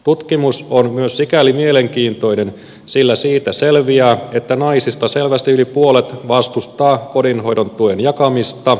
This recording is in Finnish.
tutkimus on myös sikäli mielenkiintoinen että siitä selviää että naisista selvästi yli puolet vastustaa kotihoidon tuen jakamista